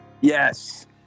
Yes